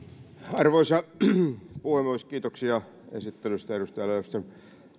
arvoisa puhemies kiitoksia esittelystä edustaja löfström